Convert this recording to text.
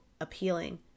appealing